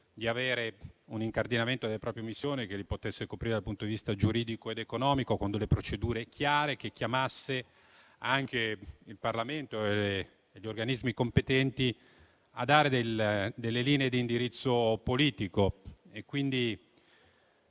di un incardinamento delle proprie missioni, che li coprisse dal punto di vista giuridico ed economico con procedure chiare e che chiamasse il Parlamento e gli organismi competenti a dare linee di indirizzo politico.